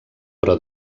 però